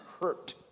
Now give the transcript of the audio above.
hurt